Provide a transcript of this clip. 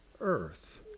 earth